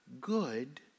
good